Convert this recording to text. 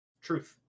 Truth